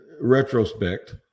retrospect